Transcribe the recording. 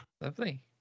Lovely